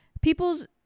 people's